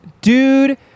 dude